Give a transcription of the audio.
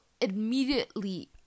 immediately